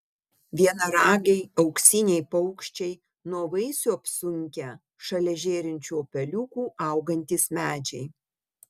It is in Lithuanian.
vienaragiai auksiniai paukščiai nuo vaisių apsunkę šalia žėrinčių upeliukų augantys medžiai